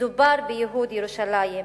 מדובר בייהוד ירושלים.